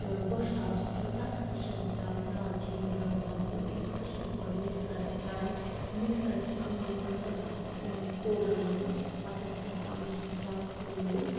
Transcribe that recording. تہٕ گۄشہ تاب سۭتۍ تَتھ ہسا چھَس بہٕ تراوان دالچیٖن بٔڑٕ عٲل سبز عٲل تِم ہسا چھِ گۄڈٕ مِکسَرَس کڑان مِکسَرَس چھَس اَمہِ موٗجوٗب کَڑان تَتھ گٔژھ سٔہ پوڈَر بَنٕنۍ پتہٕ چھَس بہٕ تَتھ تراوان بیٚیہِ چھِسَس تراوان ٹھوٗل